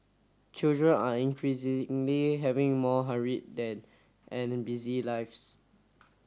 children are increasingly having more hurried then and busy lives